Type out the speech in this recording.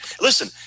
listen